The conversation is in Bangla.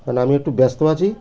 কারণ আমি একটু ব্যস্ত আছি